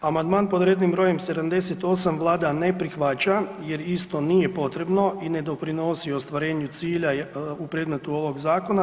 Amandmani pod rednim br. 78 Vlada ne prihvaća jer isto nije potrebno i ne doprinosi ostvarenju cilja u predmetu ovog zakona.